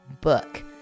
book